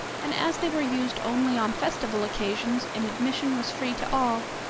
and as they were used only on festival occasions, and admission was free to all,